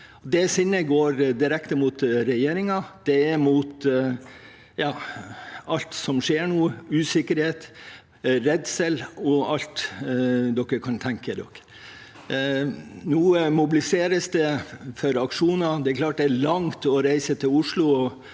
fordeling 2024 mot regjeringen. Det er mot alt som skjer nå – usikkerhet, redsel og alt dere kan tenke dere. Nå mobiliseres det for aksjoner. Det er klart det er langt å reise til Oslo,